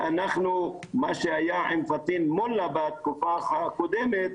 ואנחנו מה שהיה עם פטין מולא בתקופה הקודמת,